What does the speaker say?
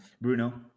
Bruno